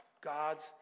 God's